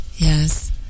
yes